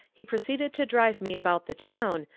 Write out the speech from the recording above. he proceeded to drive me about the town,